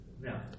Now